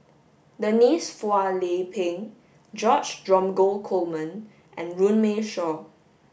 Denise Phua Lay Peng George Dromgold Coleman and Runme Shaw